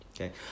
Okay